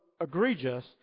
egregious